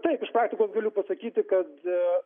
taip iš praktikos galiu pasakyti kad